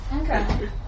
Okay